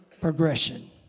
progression